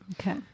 Okay